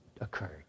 occurred